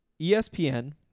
ESPN